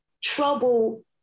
trouble